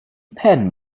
pen